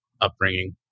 upbringing